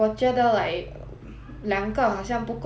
两个好像不够 leh 我有想要买第